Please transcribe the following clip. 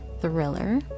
thriller